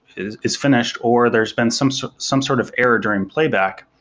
is is finished or there's been some sort some sort of error during playback,